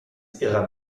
ihrer